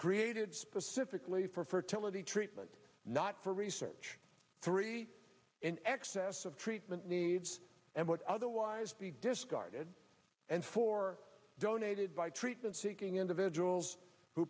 created specifically for fertility treatment not for research three in excess of treatment needs and what otherwise be discarded and for donated by treatment seeking individuals who